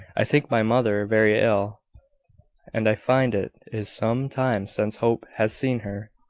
i think my mother very ill and i find it is some time since hope has seen her.